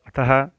अतः